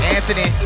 Anthony